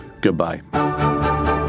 Goodbye